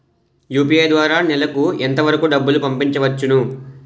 UPI ద్వారా నెలకు ఎంత వరకూ డబ్బులు పంపించవచ్చు?